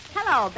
Hello